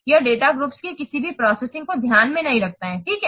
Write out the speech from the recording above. यह data groups के किसी भी प्रोसेसिंग को ध्यान में नहीं रखता है ठीक है